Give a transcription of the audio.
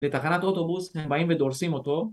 לתחנת אוטובוס, הם באים ודורסים אותו.